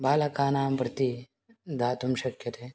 बालकानां प्रति दातुं शक्यते